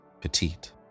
petite